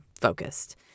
focused